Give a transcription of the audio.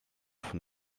von